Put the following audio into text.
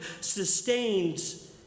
sustains